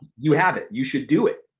you have it. you should do it.